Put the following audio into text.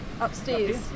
Upstairs